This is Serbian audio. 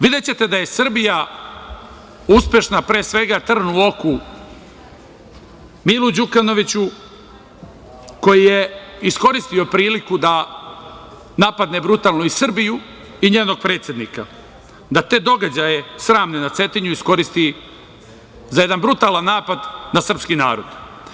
Videćete da je Srbija uspešna, pre svega trn u oku Milu Đukanoviću, koji je iskoristio priliku da napadne brutalno i Srbiju i njenog predsednika, da te događaje sramne na Cetinju iskoristi za jedan brutalan napad na srpski narod.